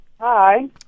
hi